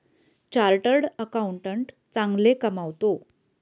chartered accountant चांगले कमावतो